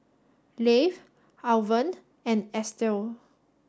Lafe Alvan and Estelle